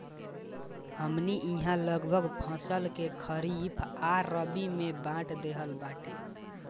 हमनी इहाँ लगभग फसल के खरीफ आ रबी में बाँट देहल बाटे